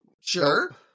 sure